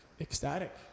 ecstatic